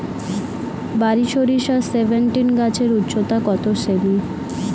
বারি সরিষা সেভেনটিন গাছের উচ্চতা কত সেমি?